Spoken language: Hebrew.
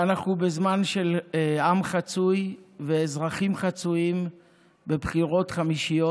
ואנחנו בזמן של עם חצוי ואזרחים חצויים ובחירות חמישיות,